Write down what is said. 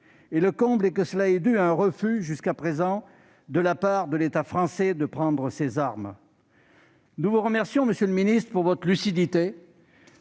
Le comble est que cela est dû à un refus de la part de l'État français de prendre ses armes ! Nous vous remercions, monsieur le ministre, de votre lucidité